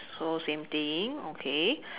so same thing okay